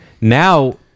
Now